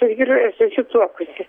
su vyru ir susituokusi